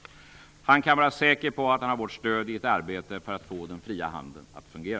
Han kan vara säker på att han har vårt stöd i ett arbete för att få den fria handeln att fungera.